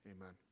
Amen